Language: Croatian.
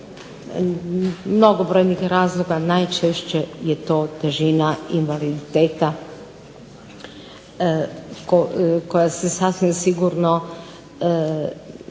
mnogobrojnih razloga najčešće je to težina invaliditeta koja se sasvim sigurno